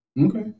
okay